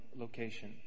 location